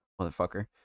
motherfucker